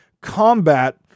combat